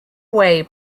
way